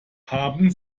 haben